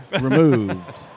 removed